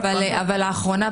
לאחרונה,